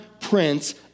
prince